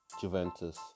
Juventus